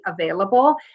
available